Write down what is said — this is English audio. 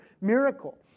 miracle